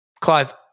Clive